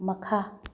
ꯃꯈꯥ